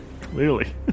Clearly